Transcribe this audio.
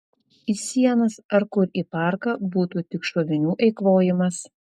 į sienas ar kur į parką būtų tik šovinių eikvojimas